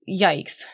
yikes